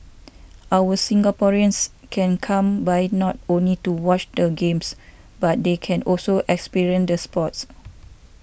our Singaporeans can come by not only to watch the Games but they can also experience the sports